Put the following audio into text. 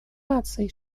наций